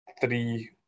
Three